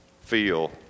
feel